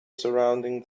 surrounding